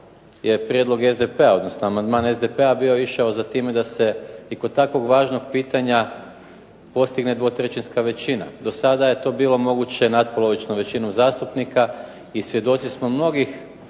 je prijedlog SDP-a, odnosno amandman SDP-a bio išao za time da se i kod takvog važnog pitanja postigne dvotrećinska većina. Dosada je to bilo moguće natpolovičnom većinom zastupnika i svjedoci smo mnogih